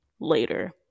later